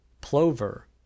plover